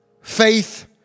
faith